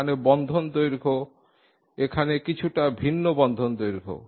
এখানে বন্ধন দৈর্ঘ্য এবং এখানে কিছুটা ভিন্ন বন্ধন দৈর্ঘ্য